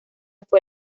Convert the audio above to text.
fue